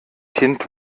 kind